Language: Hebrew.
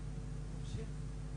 נמצאת?